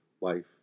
life